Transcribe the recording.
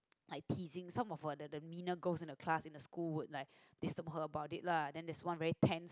like teasing some of the the meaner girls in the class in the school would like disturb her about it lah then there's one very tense